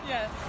Yes